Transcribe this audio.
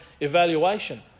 evaluation